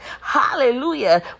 Hallelujah